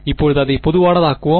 இப்போது அதை பொதுவானதாக்குவோம்